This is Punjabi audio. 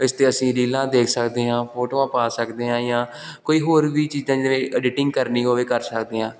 ਇਸ 'ਤੇ ਅਸੀਂ ਰੀਲਾਂ ਦੇਖ ਸਕਦੇ ਹਾਂ ਫੋਟੋਆਂ ਪਾ ਸਕਦੇ ਹਾਂ ਜਾਂ ਕੋਈ ਹੋਰ ਵੀ ਚੀਜ਼ਾਂ ਜਿਵੇਂ ਅਡੀਟਿੰਗ ਕਰਨੀ ਹੋਵੇ ਕਰ ਸਕਦੇ ਹਾਂ